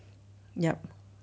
yup